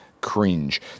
cringe